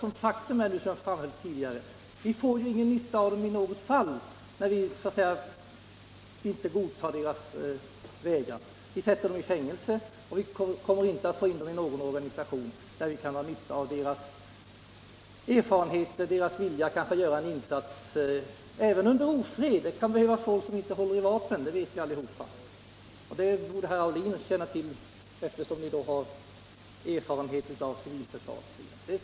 För faktum är ju, som jag har framhållit tidigare, att vi inte får någon nytta av dem i något fall när vi inte godtar deras vägran. Vi sätter dem i fängelse och får inte in dem i någon organisation där vi kan dra nytta av deras erfarenheter och kanske deras vilja att göra en insats även under ofred. Det kan behövas folk som inte håller i vapen då — det vet ju var och en. Herr Aulin borde också känna till detta med tanke på erfarenheterna av civilförsvaret.